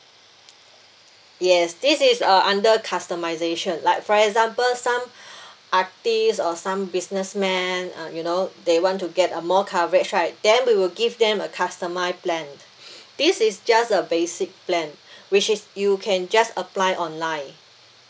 yes this is uh under customisation like for example some artist or some businessman uh you know they want to get a more coverage right then we will give them a customise plan this is just a basic plan which is you can just apply online